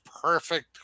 perfect